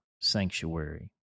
sanctuary